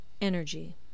Energy